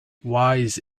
wise